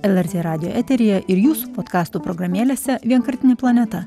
lrt radijo eteryje ir jūsų podkastų programėlėse vienkartinė planeta